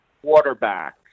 quarterback